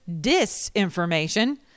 disinformation